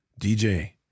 DJ